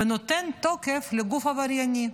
ונותן תוקף לגוף עברייני,